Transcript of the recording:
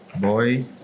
Boy